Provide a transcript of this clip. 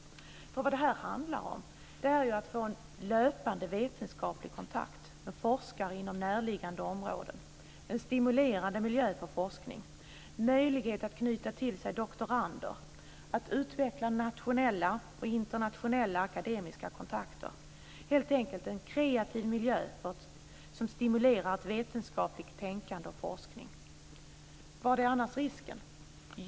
Vad det handlar om är att få en löpande vetenskaplig kontakt med forskare inom närliggande områden, en stimulerande miljö för forskning, möjlighet att knyta till sig doktorander, utveckla nationella och internationella akademiska kontakter, helt enkelt en kreativ miljö som stimulerar till vetenskapligt tänkande och forskning. Vad är annars risken?